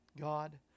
God